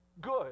good